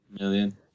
Million